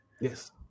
Yes